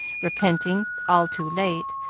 repenting, all too late,